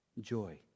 Joy